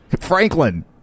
Franklin